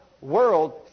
world